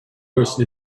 person